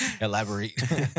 Elaborate